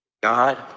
God